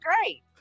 great